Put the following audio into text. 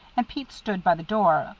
and pete stood by the door,